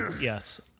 yes